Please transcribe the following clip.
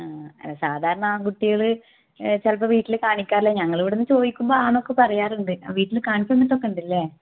ആ അല്ല സാധാരണ ആൺ കുട്ടികള് ചിലപ്പോൾ വീട്ടിൽ കാണിക്കാറില്ല ഞങ്ങള് ഇവിടന്ന് ചോദിക്കുമ്പോൾ ആന്നൊക്കെ പറയാറുണ്ട് വീട്ടില് കാണിച്ച് തന്നിട്ടൊക്കെയൊണ്ട് അല്ലേ